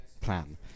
plan